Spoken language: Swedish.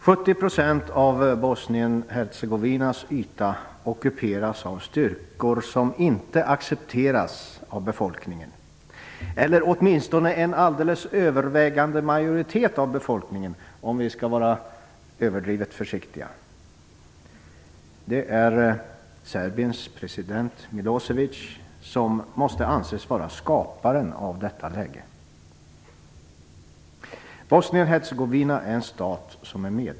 70 % av Bosnien-Hercegovinas yta ockuperas av styrkor som inte accepteras av befolkningen, eller åtminstone inte av en alldeles övervägande majoritet av befolkningen, om vi skall vara överdrivet försiktiga. Det är Serbiens president Milosevic som måste anses vara skaparen av detta läge. FN.